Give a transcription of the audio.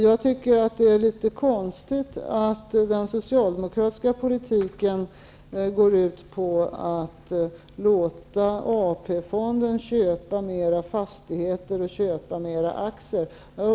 Jag tycker att det är litet konstigt att den socialdemokratiska politiken går ut på att låta AP-fonden köpa mera fastigheter och mera aktier.